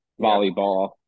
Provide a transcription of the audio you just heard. volleyball